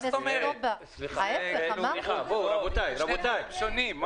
אלה שני דברים שונים.